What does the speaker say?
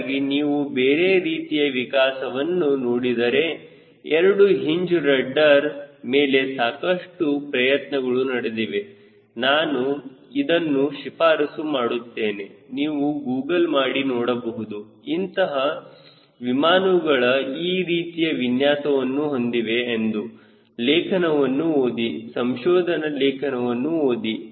ಹೀಗಾಗಿ ನೀವು ಬೇರೆ ರೀತಿಯ ವಿಕಾಸವನ್ನು ನೋಡಿದರೆ ಎರಡು ಹಿಂಜ ರಡ್ಡರ್ ಮೇಲೆ ಸಾಕಷ್ಟು ಪ್ರಯತ್ನಗಳು ನಡೆದಿವೆ ನಾನು ಇದನ್ನು ಶಿಫಾರಸು ಮಾಡುತ್ತೇನೆ ನೀವು ಗೂಗಲ್ ಮಾಡಿ ನೋಡಬಹುದು ಎಂತಹ ವಿಮಾನಗಳು ಈ ರೀತಿಯ ವಿನ್ಯಾಸವನ್ನು ಹೊಂದಿದೆ ಎಂದು ಲೇಖನವನ್ನು ಓದಿ ಸಂಶೋಧನ ಲೇಖನಗಳನ್ನು ಓದಿ